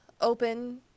open